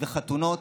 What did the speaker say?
חתונות.